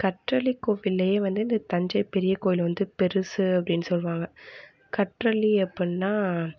கற்றலி கோவில்லையே வந்து இந்த தஞ்சை பெரிய கோயில் வந்து பெருசு அப்படின் சொல்லுவாங்க கற்றலி அப்பிடின்னா